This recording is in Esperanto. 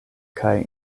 kaj